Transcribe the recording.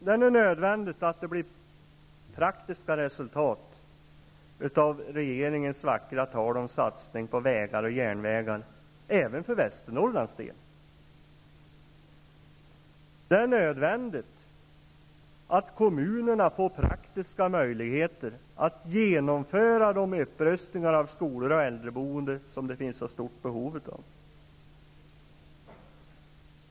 Det är nödvändigt att det blir praktiska resultat av regeringens vackra tal om satsning på vägar och järnvägar även för Västernorrlands del. Det är nödvändigt att kommunerna får praktiska möjligheter att genomföra de upprustningar av skolor och äldreboende som det finns så stort behov av.